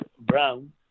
Brown